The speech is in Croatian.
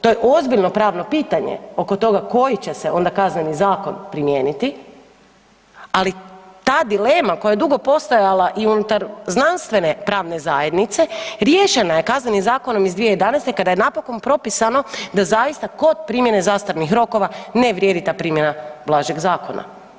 To je ozbiljno pravno pitanje oko toga koji će se onda Kazneni zakon primijeniti, ali ta dilema koja je dugo postojala i unutar znanstvene pravne zajednice, riješena je Kaznenim zakonom iz 2011. kada je napokon propisano da zaista kod primjene zastarnih rokova ne vrijedi ta primjena blažeg zakona.